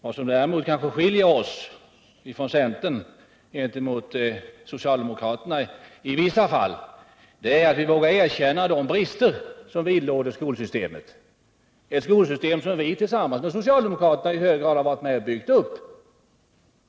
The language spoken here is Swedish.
Vad som däremot i vissa fall skiljer oss centerpartister från socialdemokraterna är att vi vågar erkänna de brister som vidlåder skolsystemet — det skolsystem som vi tillsammans med socialdemokraterna i hög grad varit med om att bygga upp.